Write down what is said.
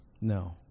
No